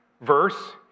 verse